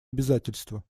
обязательства